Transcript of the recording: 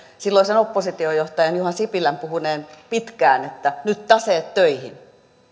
silloisen oppositiojohtajan juha sipilän puhuneen pitkään että nyt taseet töihin